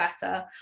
better